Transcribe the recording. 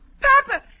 Papa